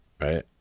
right